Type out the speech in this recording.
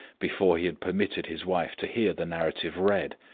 before he had permitted his wife to hear the narrative read.